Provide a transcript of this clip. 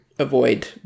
avoid